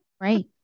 Right